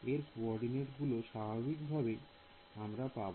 এর coordinate গুলো স্বাভাবিকভাবেই আমরা পাব